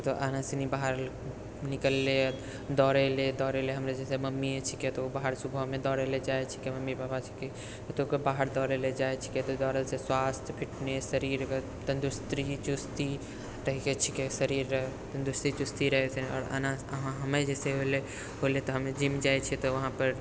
तऽ अहाँ सनि बाहर निकललियै दौड़ै लए दौड़ै लए हमरे जैसे मम्मी ही छिकै तऽ ओ बाहर सुबह दौड़ै लए जाइ छिके मम्मी पापा छिके तऽ दौड़ै लए बाहर जाइ छिके तऽ दौड़ैसँ स्वास्थ्य फिटनेस शरीरके तन्दरुस्ती चुस्ती रहिते छिके शरीररे तन्दरुस्ती चुस्ती रहै छै आओर एना हमे जैसे भेलै होलै तऽ हम जिम जाइ छियै तऽ वहाँपर